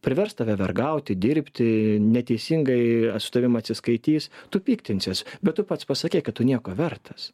privers tave vergauti dirbti neteisingai su tavim atsiskaitys tu piktinsies bet tu pats pasakei kad tu nieko vertas